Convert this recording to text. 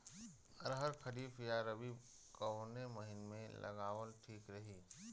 अरहर खरीफ या रबी कवने महीना में लगावल ठीक रही?